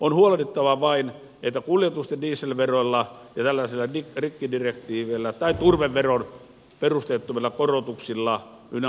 on huolehdittava vain että kuljetusten dieselveroilla ja tällaisilla rikkidirektiiveillä tai turveveron perusteettomilla korotuksilla ynnä muuta